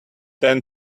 than